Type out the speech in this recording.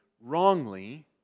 wrongly